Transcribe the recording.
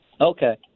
Okay